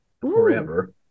forever